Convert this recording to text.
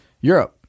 Europe